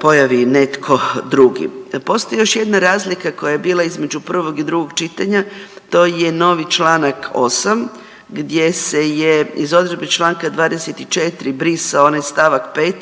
pojavi netko drugi. Postoji još jedna razlika koja je bila između prvog i drugog čitanja, to je novi čl. 8 gdje se je iz odredbe čl. 24 brisao onaj st. 5